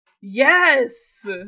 Yes